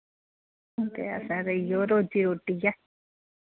ते असें ते इयै रोज़ी रोटी ऐ